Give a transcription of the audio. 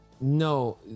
No